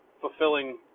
fulfilling